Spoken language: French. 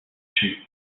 tue